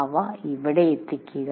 അവ ഇവിടെ എത്തിക്കുക